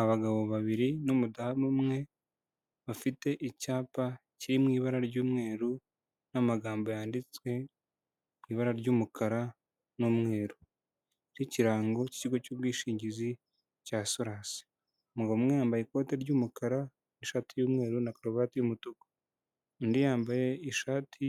Abagabo babiri n'umudamu umwe, bafite icyapa kiri mu ibara ry'mweru n'amagambo yanditswe ku ibara ry'umukara n'umweru by'ikirango cy'ikigo cy'ubwishingizi cya Soras, umugabo umwe yambaye ikote ry'umukara n'ishati y'umweru na karuvati y'umutuku, undi yambaye ishati